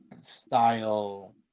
style